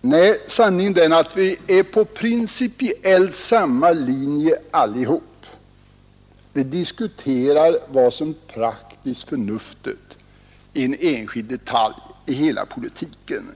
Nej, sanningen är den att vi är på principiellt samma linje allihop. Vi diskuterar vad som är praktiskt och förnuftigt i en enskild detalj i hela politiken.